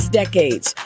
decades